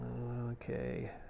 okay